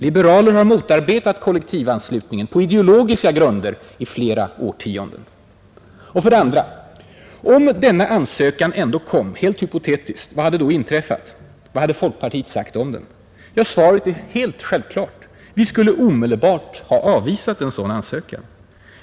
Liberaler har i flera årtionden motarbetat kollektivanslutningen på ideologiska grunder. För det andra: om denna ansökan ändå kom in, helt hypotetiskt, vad hade inträffat? Vad skulle folkpartiet då ha sagt om den? Svaret är självklart: vi skulle omedelbart avvisa den.